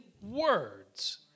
words